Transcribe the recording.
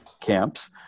camps